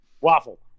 Waffle